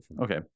Okay